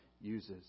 uses